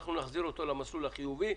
אנחנו נחזיר אותו למסלול החיובי.